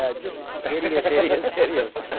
yeah just hideous, hideous, hideous.